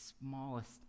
smallest